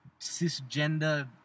cisgender